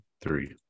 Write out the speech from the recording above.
three